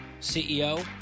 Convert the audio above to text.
CEO